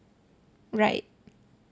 right